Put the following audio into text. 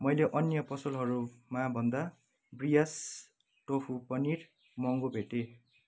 मैले अन्य पसलहरूमा भन्दा ब्रियास टोफू पनिर महँगो भेटेँ